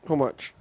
how much